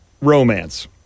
Romance